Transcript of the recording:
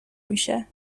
میشه